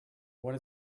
what